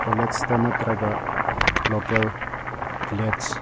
ꯀꯣꯂꯦꯖꯇ ꯅꯠꯇ꯭ꯔꯒ local village